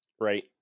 Right